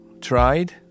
tried